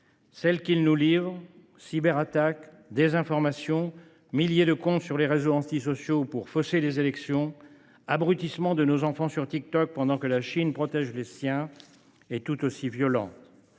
celle qu’ils nous livrent – cyberattaques, désinformation, création de milliers de comptes sur les réseaux antisociaux pour fausser les élections ou abrutissement de nos enfants sur TikTok pendant que la Chine protège les siens – est tout aussi violente.